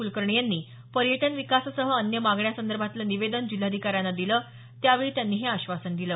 कुलकर्णी यांनी पर्यटन विकासासह अन्य मागण्या संदर्भातलं निवेदन जिल्हाधिकाऱ्यांना दिलं त्यावेळी त्यांनी हे आश्वासन दिलं